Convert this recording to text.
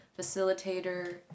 facilitator